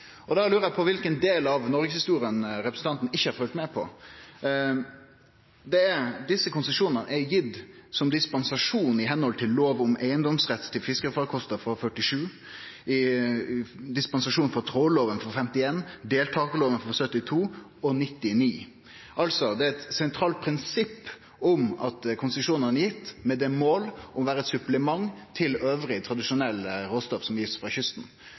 eg på kva for del av noregshistoria representanten ikkje har følgt med på. Desse konsesjonane er gjevne som dispensasjon i samsvar med lov om eigedomsrett til fiskefarkostar frå 1947, dispensasjon frå trålloven frå 1951, deltakarlova frå 1972 og 1999. Det er eit sentralt prinsipp at konsesjonane er gjevne med det mål å vere eit supplement til det andre tradisjonelle råstoffet som vert gjeve frå kysten.